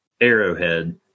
arrowhead